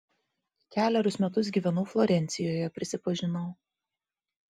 kelerius metus gyvenau florencijoje prisipažinau